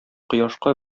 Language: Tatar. кояшка